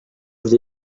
vous